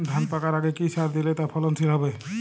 ধান পাকার আগে কি সার দিলে তা ফলনশীল হবে?